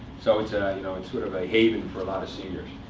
so it's ah you know and sort of a haven for a lot of seniors.